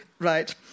Right